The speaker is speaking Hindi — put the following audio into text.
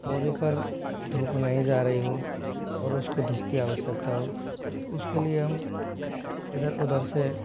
पौधे पर धूप नहीं जा रही हो और उसको धूप की आवश्यकता हो तो उसके लिए हम इधर उधर से